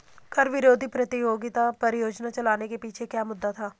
कर विरोधी प्रतियोगिता परियोजना चलाने के पीछे क्या मुद्दा था?